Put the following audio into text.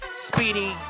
Speedy